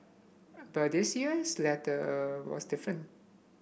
but this year is letter a was different